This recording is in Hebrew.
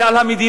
זה על המדיניות.